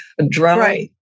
adrenaline